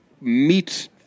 meet